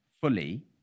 fully